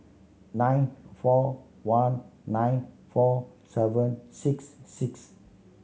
nine four one nine four seven six six